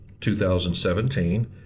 2017